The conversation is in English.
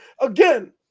again